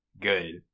good